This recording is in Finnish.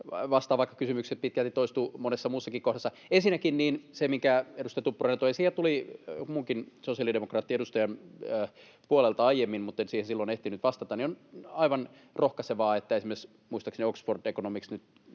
vastaan vaikka kysymykseen, joka pitkälti toistuu monessa muussakin kohdassa. Ensinnäkin siihen, minkä edustaja Tuppurainen toi esiin ja mikä tuli muidenkin sosiaalidemokraattiedustajien puolelta aiemmin esiin, mutten siihen silloin ehtinyt vastata: On aivan rohkaisevaa, että muistaakseni esimerkiksi Oxford Economics